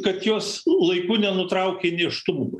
kad jos laiku nenutraukė nėštumo